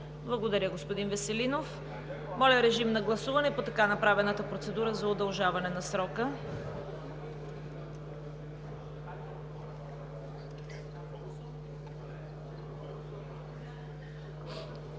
Благодаря, господин Веселинов. Моля, гласувайте за така направената процедура за удължаване на срока.